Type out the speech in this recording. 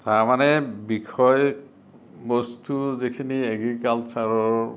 তাৰ মানে বিষয়বস্তু যিখিনি এগ্ৰিকালচাৰৰ